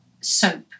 soap